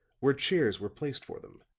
where chairs were placed for them,